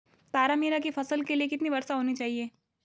तारामीरा की फसल के लिए कितनी वर्षा होनी चाहिए?